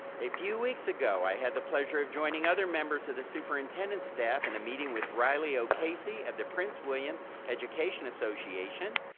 a few weeks ago, i had the pleasure of joining other members of the superintendent's staff in a meeting with riley o'casey of the prince william education association,